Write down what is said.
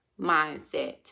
mindset